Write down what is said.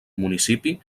municipi